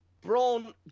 Braun